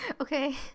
okay